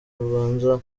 rubanza